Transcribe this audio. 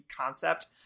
concept